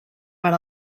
per